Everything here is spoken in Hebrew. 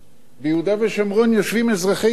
ביהודה ושומרון יושבים אזרחי ישראל,